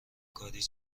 کاری